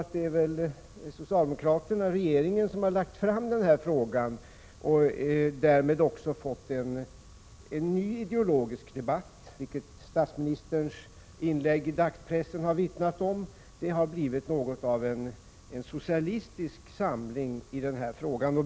Det är väl socialdemokraterna och regeringen som har lagt fram den här frågan och därmed också fått en ny ideologisk debatt, vilket statsministerns inlägg i dag i dagspressen har vittnat om. Jag skulle alltså vilja påstå att det har blivit något av en socialistisk samling i den här frågan.